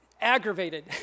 aggravated